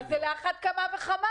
אז על אחת כמה וכמה.